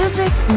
Music